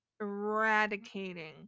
eradicating